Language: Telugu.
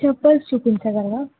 చెప్పల్స్ చూపించగలరా